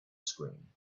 screen